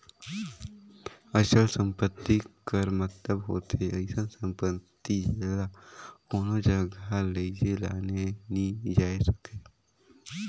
अचल संपत्ति कर मतलब होथे अइसन सम्पति जेला कोनो जगहा लेइजे लाने नी जाए सके